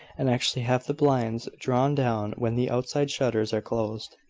and actually have the blinds drawn down when the outside shutters are closed.